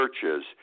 churches